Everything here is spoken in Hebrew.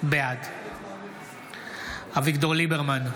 בעד אביגדור ליברמן,